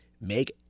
make